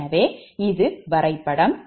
எனவே இது வரைபடம்